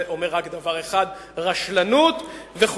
זה אומר רק דבר אחד: רשלנות וחולשה.